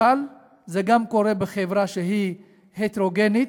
אבל זה גם קורה בחברה שהיא הטרוגנית.